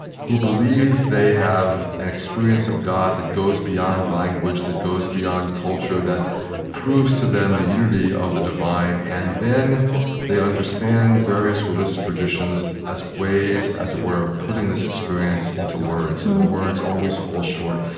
who believe they have an experience of god that goes beyond language, that goes beyond culture, that proves to them the unity of the divine. and then they understand various religious traditions as ways, as it were, of putting this experience into words, and the words always fall short.